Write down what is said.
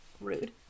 rude